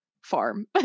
farm